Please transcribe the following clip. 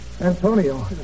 Antonio